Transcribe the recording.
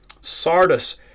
Sardis